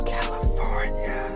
California